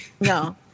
No